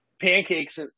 pancakes